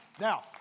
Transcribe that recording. Now